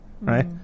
right